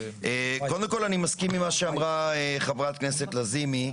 אני מסכים עם מה שאמרה חברת הכנסת לזימי,